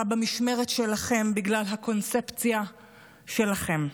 במשמרת שלכם בגלל הקונספציה שלכם.